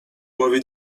głowie